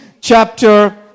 chapter